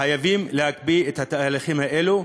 חייבים להקפיא את התהליכים האלה,